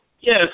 Yes